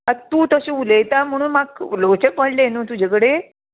आतां तूं तशें उलयता म्हणून म्हाका उलोवचें पडलें न्हू तुजे कडे